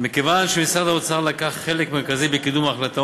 מכיוון שמשרד האוצר לקח חלק מרכזי בקידום ההחלטה